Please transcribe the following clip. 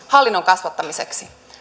hallinnon kasvattamiseksi